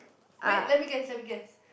wait let me guess let me guess